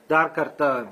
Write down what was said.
dar kartą